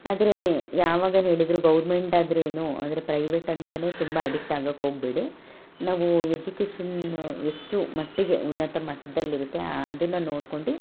ಆದರೆ ಆವಾಗ ಹೇಳಿದರು ಗೌರ್ಮೆಂಟ್ ಆದರೆ ಏನು ಆದ್ರ್ ಪ್ರೈವೇಟ್ ಅಂತಲೇ ತುಂಬ ಅಡಿಕ್ಟ್ ಆಗಕ್ಕೆ ಹೋಗ್ಬೇಡಿ ನಾವು ಎಜುಕೇಶನ್ನು ಎಷ್ಟ್ರು ಮಟ್ಟಿಗೆ ಉನ್ನತ ಮಟ್ದಲ್ಲಿ ಇರುತ್ತೆ ಅದನ್ನ ನೋಡ್ಕೊಂಡು